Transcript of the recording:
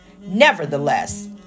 Nevertheless